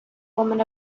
woman